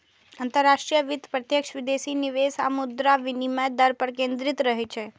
अंतरराष्ट्रीय वित्त प्रत्यक्ष विदेशी निवेश आ मुद्रा विनिमय दर पर केंद्रित रहै छै